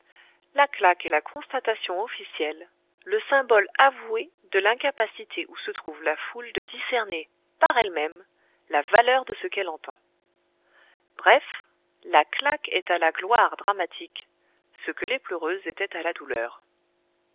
la claque est la constatation officielle le symbole avoué de l'incapacité où se trouve la foule de discerner par elle-même la valeur de ce qu'elle entend bref la claque est à la gloire dramatique ce que les pleureuses étaient à la douleur